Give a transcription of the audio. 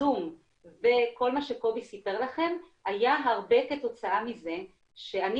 זום וכל מה שקובי סיפר לכם היה הרבה כתוצאה מזה שאני